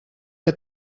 que